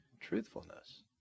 truthfulness